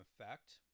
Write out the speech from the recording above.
effect